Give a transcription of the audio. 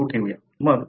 मग भेटूया आपण